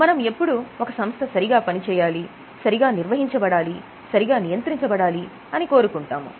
మనం ఎప్పుడూ ఒక సంస్థ సరిగా పని చేయాలి సరిగా నిర్వహించబడాలి సరిగా నియంత్రించబడాలి అని కోరుకుంటాము